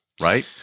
Right